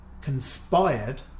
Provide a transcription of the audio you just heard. conspired